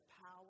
power